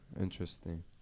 Interesting